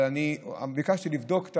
אבל אני ביקשתי לבדוק,